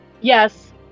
Yes